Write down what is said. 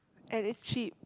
and it's cheap